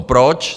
Proč?